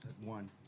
One